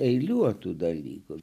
eiliuotų dalykų